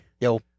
Yo